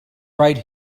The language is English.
right